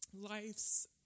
life's